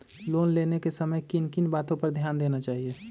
Loan लेने के समय किन किन वातो पर ध्यान देना चाहिए?